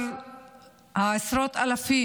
עשרות אלפי